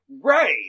Right